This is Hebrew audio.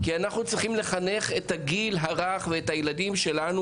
כי אנחנו צריכים לחנך את הגיל הרך ואת הילדים שלנו,